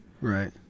Right